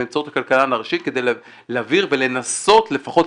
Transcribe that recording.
באמצעות הכלכלן הראשי כדי להבהיר ולנסות לפחות,